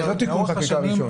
הרי זה לא תיקון חקיקה ראשון.